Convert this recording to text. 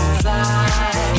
fly